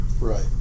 Right